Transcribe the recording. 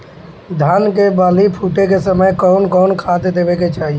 धान के बाली फुटे के समय कउन कउन खाद देवे के चाही?